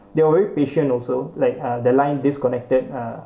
they were very patient also like uh the line disconnected uh